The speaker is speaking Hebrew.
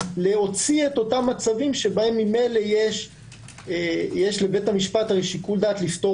להוציא אותם מצבים שבהם ממילא - יש לבית המשפט שיקול דעת לפטור